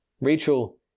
Rachel